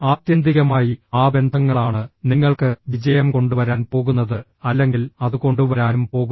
ആത്യന്തികമായി ആ ബന്ധങ്ങളാണ് നിങ്ങൾക്ക് വിജയം കൊണ്ടുവരാൻ പോകുന്നത് അല്ലെങ്കിൽ അത് കൊണ്ടുവരാനും പോകുന്നു